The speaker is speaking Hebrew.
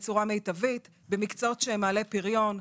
בצורה מיטבית במקצועות שהם מעלי פריון,